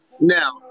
Now